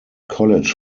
college